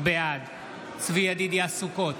בעד צבי ידידיה סוכות,